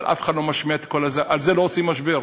אבל על זה לא עושים משבר,